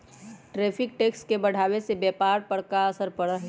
tariff tax के बढ़ावे से व्यापार पर का असर पड़ा हई